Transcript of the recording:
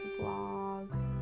vlogs